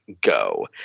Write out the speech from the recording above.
go